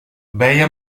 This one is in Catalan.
veia